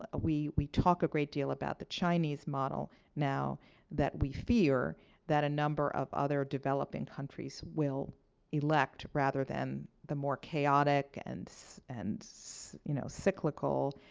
ah we we talk a great deal about the chinese model now that we fear that a number of other developing countries will elect, rather than the more chaotic and and you know cyclical